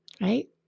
right